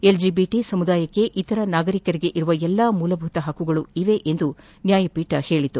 LGBT ಸಮುದಾಯಕ್ಕೆ ಇತರ ನಾಗರಿಕರಿಗೆ ಇರುವ ಎಲ್ಲ ಮೂಲಭೂತ ಹಕ್ಕುಗಳು ಇವೆ ಎಂದು ಹೇಳಿದರು